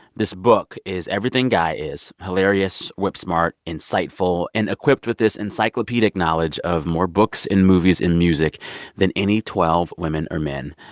this book is everything guy is hilarious, whip-smart, insightful and equipped with this encyclopedic knowledge of more books and movies and music than any twelve women or men.